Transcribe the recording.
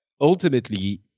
ultimately